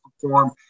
perform